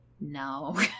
no